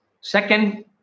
second